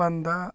پَنٛداہ